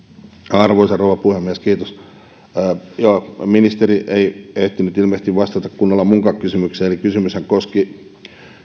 arvoisa rouva puhemies ministeri ei ehtinyt ilmeisesti vastata kunnolla minunkaan kysymykseeni kysymyshän koski